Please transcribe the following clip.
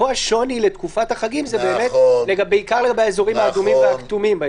פה השוני לתקופת החגים הוא בעיקר באזורים האדומים והכתומים.